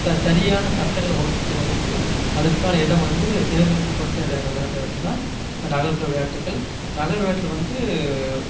ச சரியான சட்டங்கள வகுத்து வகுத்து அதுக்கான இடம் வந்து தேர்ந்தெடுக்கப்பட்டு விளையால விளையாடுகிற இடம் தான் நகர்ப்புற விளையாட்டுகள் நகர் விளையாட்டில் வந்து